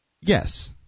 Yes